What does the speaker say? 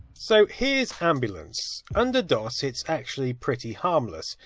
so here's ambulance. under dos it's actually pretty harmless.